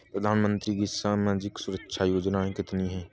प्रधानमंत्री की सामाजिक सुरक्षा योजनाएँ कितनी हैं?